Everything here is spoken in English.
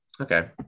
Okay